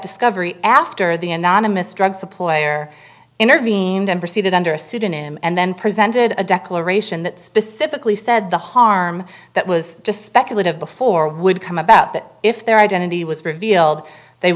discovery after the anonymous drug supplier intervened and proceeded under a pseudonym and then presented a declaration that specifically said the harm that was just speculative before would come about but if their identity was revealed they